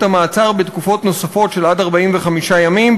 המעצר בתקופות נוספות של עד 45 ימים,